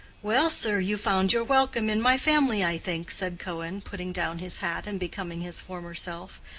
well, sir, you found your welcome in my family, i think, said cohen, putting down his hat and becoming his former self.